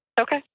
Okay